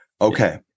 Okay